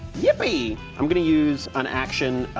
yippee, i'm gonna use an action,